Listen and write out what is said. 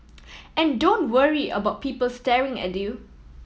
and don't worry about people staring at you